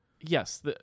Yes